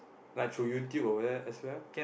like through YouTube or what as well